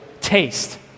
taste